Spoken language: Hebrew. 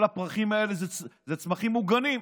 כל הפרחים האלה הם צמחים מוגנים.